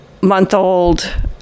month-old